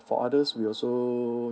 for others will also